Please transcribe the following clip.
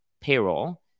payroll